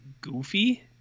goofy